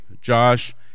Josh